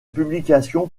publications